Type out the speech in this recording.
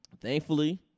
Thankfully